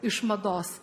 iš mados